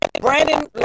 Brandon